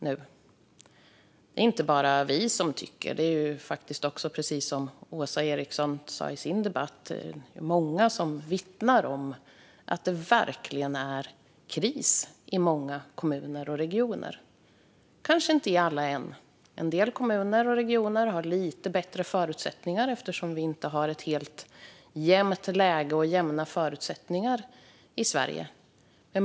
Det tycker inte bara vi, utan precis som Åsa Eriksson sa vittnar många om att det är kris i ett stort antal kommuner och regioner. Det kanske inte är det i alla än, för en del kommuner har lite bättre förutsättningar eftersom vi har ett ojämnt läge i Sverige.